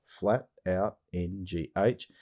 FLATOUTNGH